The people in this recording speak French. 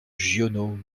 giono